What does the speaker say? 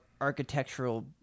architectural